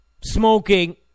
smoking